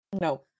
No